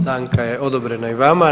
Stanka je odobrena i vama.